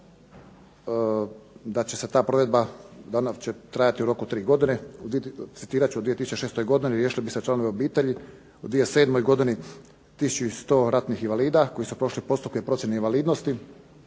da će se ta provedba će trajati u roku od 3 godine, citirat ću u 2006. godini riješili bi se članovi obitelji, u 2007. godini 1100 ratnih invalida koji su prošli postupke procjene invalidnosti,